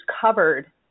covered